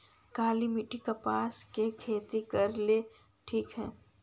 काली मिट्टी, कपास के खेती करेला ठिक हइ?